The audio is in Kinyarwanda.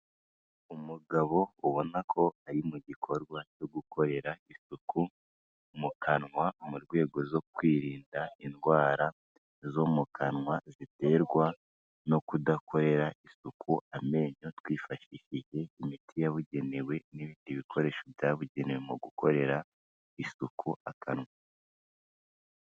Umugabo ubona ko ari mu gikorwa cyo gukorera isuku mu kanwa, mu rwego zo kwirinda indwara zo mu kanwa ziterwa no kudakorera isuku amenyo, twifashishije imiti yabugenewe n'ibindi bikoresho byabugenewe mu gukorera isuku akanwa.